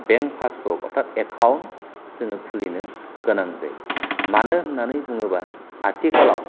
bank passbook अर्थाट account जोङो खुलिनो गोनां जायो मानो होननानै बुङोबा आथिखालाव